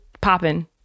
popping